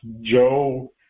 Joe